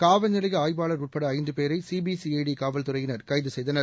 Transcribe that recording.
காவல்நிலைய ஆய்வாளர் உட்பட ஐந்து பேரை சிபிசிஐடி காவல்துறையினர் கைது செய்தனர்